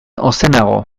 ozenago